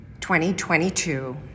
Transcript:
2022